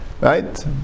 right